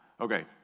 Okay